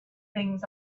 things